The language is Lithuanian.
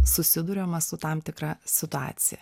susiduriama su tam tikra situacija